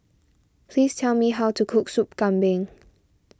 please tell me how to cook Soup Kambing